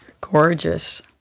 Gorgeous